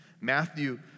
Matthew